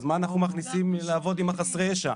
אז מה אנחנו מכניסים לעבוד עם חסרי הישע?